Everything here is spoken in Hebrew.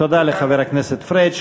תודה לחבר הכנסת פריג'.